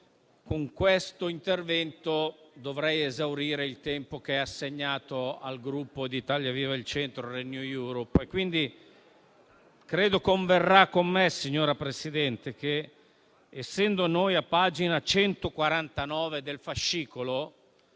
con questo intervento dovrei esaurire il tempo assegnato al Gruppo di Italia Viva-Il Centro-Renew Europe. Pertanto, signora Presidente, essendo noi a pagina 149 del fascicolo